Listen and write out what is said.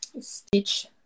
stitch